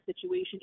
situation